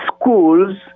schools